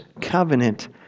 covenant